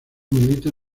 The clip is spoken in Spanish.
milita